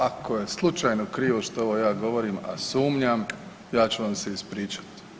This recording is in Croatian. Ako je slučajno krivo što ovo ja govorim, a sumnjam ja ću vam ispričat.